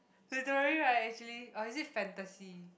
literary right actually or is it fantasy